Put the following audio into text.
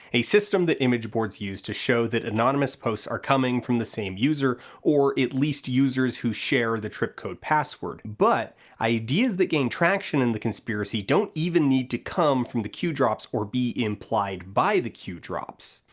a system that image boards use to show that anonymous posts are coming from the same user, or at least users who share the tripcode password, but ideas that gain traction in the conspiracy don't even need to come from the q drops or be implied by the q drops.